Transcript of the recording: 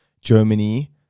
Germany